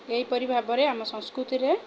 ଏହିପରି ଭାବରେ ଆମ ସଂସ୍କୃତିରେ